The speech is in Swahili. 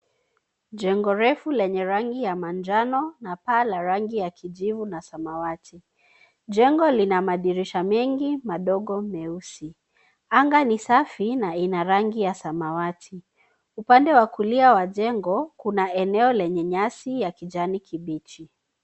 Jengo refu lenye rangi ya manjano na paa la rangi ya kijivu na samawati. Jengo lina madirisha mengi madogo meusi. Anga ni safi na ina rangi ya samawati. Upande wa kulia wa jengo kuna eneo lenye nyasi ya kijani kibichi.